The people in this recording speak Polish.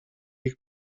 ich